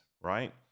right